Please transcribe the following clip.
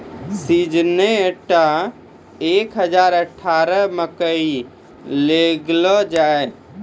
Syngenta एक हजार अठारह मकई लगैलो जाय?